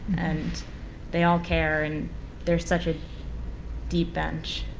and they all care and there is such a deep bench.